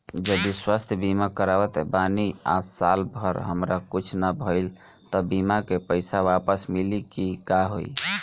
जदि स्वास्थ्य बीमा करावत बानी आ साल भर हमरा कुछ ना भइल त बीमा के पईसा वापस मिली की का होई?